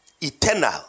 eternal